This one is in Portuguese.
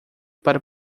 para